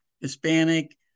Hispanic